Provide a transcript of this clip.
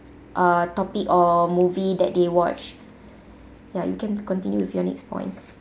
uh topic or movie that they watched ya you can continue with your next point